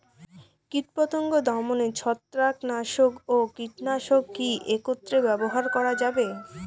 কীটপতঙ্গ দমনে ছত্রাকনাশক ও কীটনাশক কী একত্রে ব্যবহার করা যাবে?